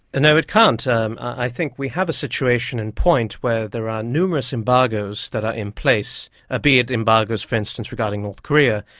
no, it can't. um i think we have a situation in point where there are numerous embargoes that are in place, be be it embargoes for instance regarding north korea,